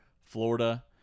Florida